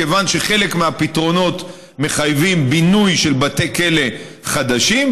כיוון שחלק מהפתרונות מחייבים בינוי של בתי כלא חדשים,